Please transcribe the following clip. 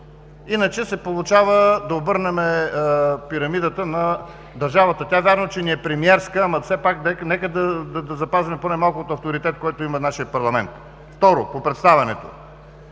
Иначе се получава да обърнем пирамидата на държавата. Тя, вярно, че ни е премиерска, ама все пак нека да запазим поне малко от авторитета, който има нашият парламент. Второ – по представянето.